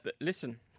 Listen